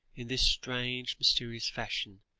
in this strange mysterious fashion,